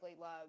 love